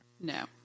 No